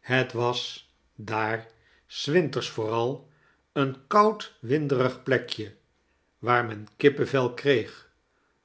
het was daar s winters vooral een koud winderig plekje waar men kippenvel kreeg